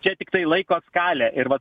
čia tiktai laiko skalė ir va